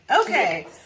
okay